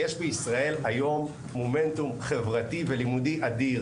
יש בישראל היום מומנטום חברתי ולימודי אדיר.